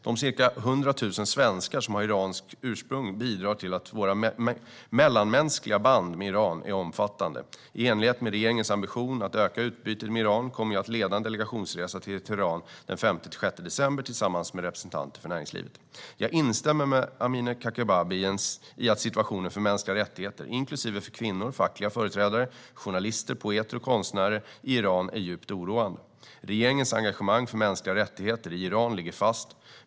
De cirka hundra tusen svenskar som har iranskt ursprung bidrar till att våra mellanmänskliga band med Iran är omfattande. I enlighet med regeringens ambition att öka utbytet med Iran kommer jag att leda en delegationsresa till Teheran den 5-6 december, tillsammans med representanter för näringslivet. Jag instämmer med Amineh Kakabaveh i att situationen för mänskliga rättigheter, inklusive för kvinnor, fackliga företrädare, journalister, poeter och konstnärer i Iran är djupt oroande. Regeringens engagemang för mänskliga rättigheter i Iran ligger fast.